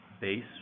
base